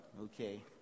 okay